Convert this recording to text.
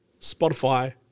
Spotify